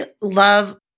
love